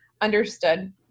understood